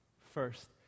First